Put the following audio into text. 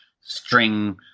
string